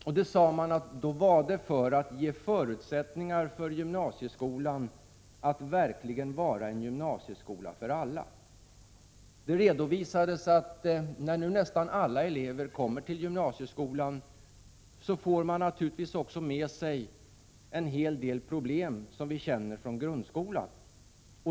Regeringen sade att detta anslag var avsett för att ge förutsättningar för gymnasieskolan att verkligen vara en gymnasieskola för alla. Det sades att när nu nästan alla elever kommer till gymnasieskolan för detta naturligtvis med sig en hel del problem som vi känner från grundskolan.